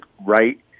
right